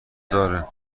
داره